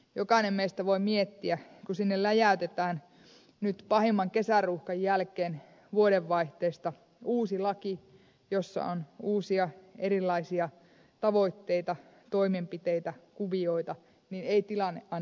jokainen meistä voi miettiä että kun sinne läjäytetään nyt pahimman kesäruuhkan jälkeen vuodenvaihteesta uusi laki jossa on uusia erilaisia tavoitteita toimenpiteitä kuvioita niin tilanne ei ainakaan helpotu